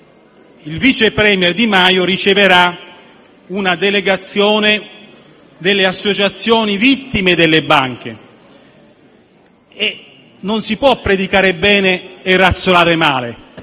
il vice *premier* Di Maio riceverà una delegazione delle associazioni delle vittime delle banche e non si può predicare bene e razzolare male: